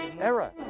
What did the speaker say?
era